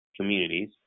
communities